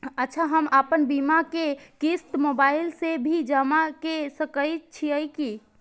अच्छा हम आपन बीमा के क़िस्त मोबाइल से भी जमा के सकै छीयै की?